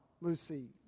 Lucy